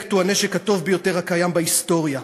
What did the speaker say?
שהאינטלקט הוא הנשק הטוב ביותר הקיים בהיסטוריה.